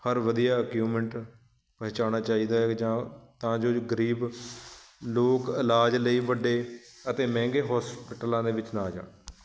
ਹਰ ਵਧੀਆ ਇਕਿਊਮੈਂਟ ਪਹੁੰਚਾਉਣਾ ਚਾਹੀਦਾ ਹੈ ਜਾਂ ਤਾਂ ਜੋ ਗਰੀਬ ਲੋਕ ਇਲਾਜ ਲਈ ਵੱਡੇ ਅਤੇ ਮਹਿੰਗੇ ਹੋਸਪਿਟਲਾਂ ਦੇ ਵਿੱਚ ਨਾ ਜਾਣ